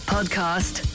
Podcast